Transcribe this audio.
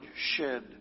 shed